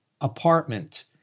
apartment